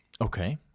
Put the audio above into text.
Okay